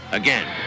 again